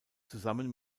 zusammen